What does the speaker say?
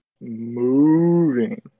Moving